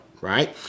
right